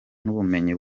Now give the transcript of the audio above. n’ubumenyi